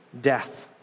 death